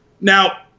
Now